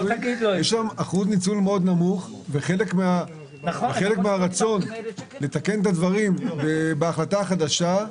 יש אחוז ניצול מאוד נמוך וחלק מהרצון לתקן את הדברים בהחלטה החדשה,